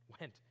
went